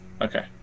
Okay